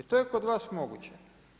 I to je kod vas moguće.